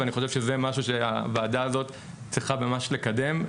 ואני חושב שזה משהו שהוועדה צריכה ממש לקדם.